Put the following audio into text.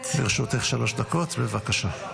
לרשותך שלוש דקות, בבקשה.